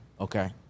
okay